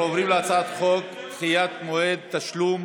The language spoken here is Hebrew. אנחנו עוברים להצעת חוק דחיית מועד תשלום